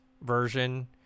version